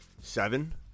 seven